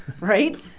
right